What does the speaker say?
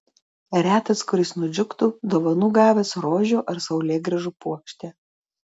retas kuris nudžiugtų dovanų gavęs rožių ar saulėgrąžų puokštę